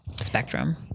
spectrum